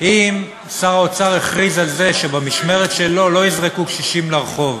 אם שר האוצר יכריז על זה שבמשמרת שלו לא יזרקו קשישים לרחוב,